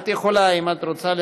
שגם חתומה על הצעת החוק,